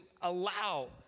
allow